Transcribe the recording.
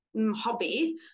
hobby